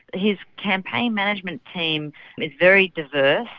his campaign management team is very diverse.